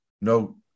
no